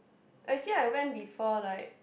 actually I went before like